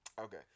Okay